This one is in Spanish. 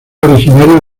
originario